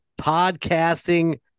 podcasting